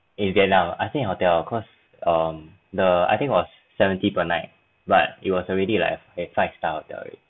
eh you get now I think hotel uh cost um the I think was seventy per night but it was already like a five star hotel